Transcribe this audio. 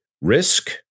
risk